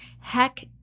Heck